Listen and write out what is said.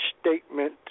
statement